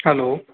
hello